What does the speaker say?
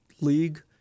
League